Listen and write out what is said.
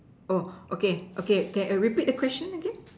oh okay okay okay can repeat the question again